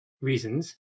reasons